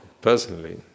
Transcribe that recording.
personally